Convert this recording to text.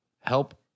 help